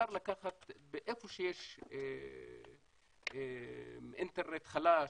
איפה שיש אינטרנט חלש,